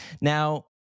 Now